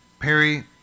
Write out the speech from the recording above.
Perry